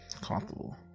comfortable